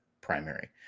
primary